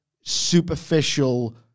superficial